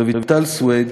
רויטל סויד,